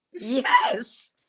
Yes